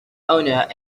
owner